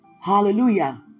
Hallelujah